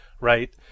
right